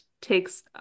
takes